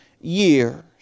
years